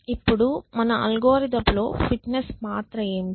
ఇప్పుడు మన అల్గోరిథంలో ఫిట్నెస్ పాత్ర ఏమిటి